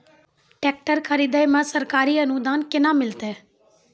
Tractor खरीदै मे सरकारी अनुदान केना मिलतै?